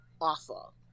awful